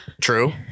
True